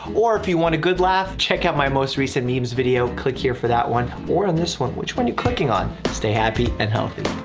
or if you want a good laugh, check out my most recent memes video. click here for that one or on this one. which one you clicking on? stay happy and healthy.